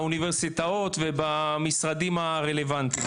שעבדו באוניברסיטאות ובמשרדים הרלוונטיים.